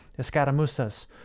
escaramuzas